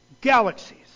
galaxies